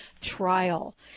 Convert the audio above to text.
trial